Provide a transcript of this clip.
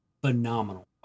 Phenomenal